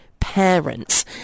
parents